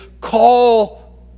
call